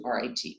rit